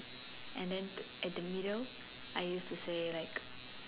and then at the middle I used to say like